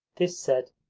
this said,